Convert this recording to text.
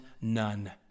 none